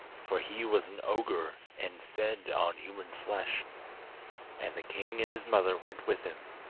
for he was an ogre, and fed on human flesh and the king and his mother went with him,